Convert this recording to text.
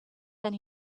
then